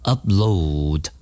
Upload